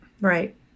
Right